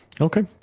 Okay